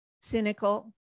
cynical